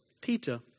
Peter